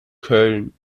köln